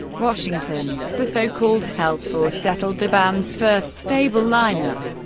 washington. the so-called hell tour settled the band's first stable lineup,